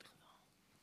איפה הימים,